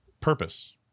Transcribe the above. purpose